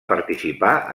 participar